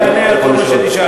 אני אענה על כל מה שנשאלתי.